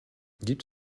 gibt